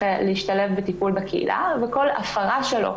להשתלב בטיפול בקהילה וכל הפרה שלו,